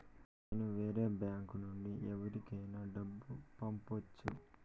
నేను వేరే బ్యాంకు నుండి ఎవరికైనా డబ్బు పంపొచ్చా?